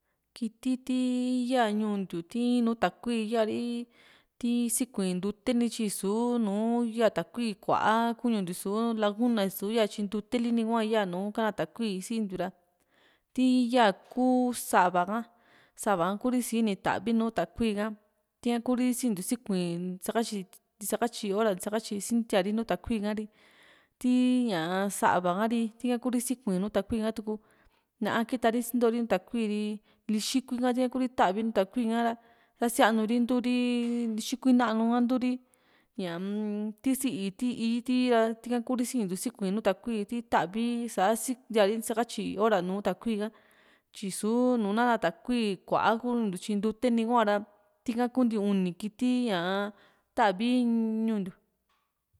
kiti ti yaa ñuu ntiu ti in nuu takuim ya´ra ti sikui ntuute li tyi ni su´nu ya takui kua´a ku ñuu ntiu i´su lakuna i´su yaa tyi ntuteli ni hua yaa nùù kana takui sintiu ra tii yaa ku sa´va ha sa´va ha Kuri sini tavi nùù takui ha tika Kuri sinintiu sikuii´n ntisakatyi ntisakatyi hora ntisakatyi sintia´ri nùù takui a´ri tii ña´a sa´va ka´ri Kuri sikui´n nùù takui ha tuku na´a kitari sinto ri nùùtakui ri lixikui ha ri Kuri tavi nùù takui ha´ra sianu ri ntuuri lixikui nanu ka nturi ñaa-m ti sí´i ti íí ti ra tika Kuri sinintiu sikui nùù takui ti tavi sa sintiari ntisakatyi hora nùù takui ka tyi i´su nu na´naa takui kuaa kuu ñuu ntiu tyi ntute ni huara tika kuu nti uni kiti ñaa tavi ñuu ntiu